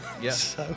Yes